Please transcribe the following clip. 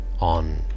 on